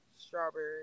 Strawberry